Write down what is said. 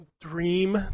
Dream